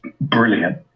brilliant